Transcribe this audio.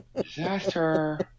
Disaster